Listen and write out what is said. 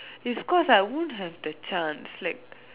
is cause I won't have the chance like